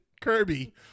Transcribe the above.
Kirby